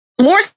more